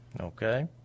Okay